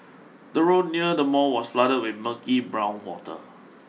the road near the mall was flood with murky brown water